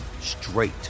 straight